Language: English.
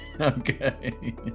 Okay